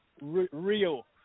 Rio